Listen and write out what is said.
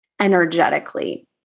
energetically